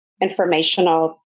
informational